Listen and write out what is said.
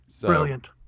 brilliant